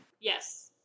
Yes